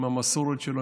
עם המסורת שלו,